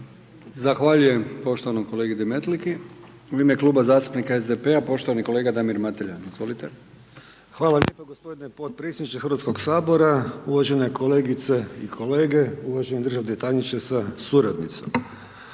Zahvaljujem poštovanog kolegi Demetliki. U ime Kluba zastupnika SDP-a poštovani kolega Damir Mateljan. Izvolite. **Mateljan, Damir (SDP)** Hvala lijepo potpredsjedniče HS-a, uvažene kolegice i kolege, uvaženi državni tajniče sa suradnicom.